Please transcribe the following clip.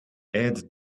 add